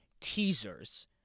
teasers